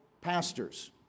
pastors